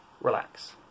relax